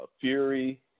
Fury